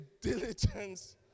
diligence